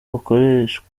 gukoreshwa